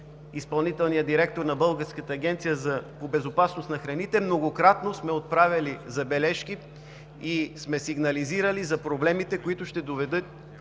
изпълнителния директор на Българската агенция по безопасност на храните, ние многократно сме отправяли забележки и сме сигнализирали за проблемите, които ще доведат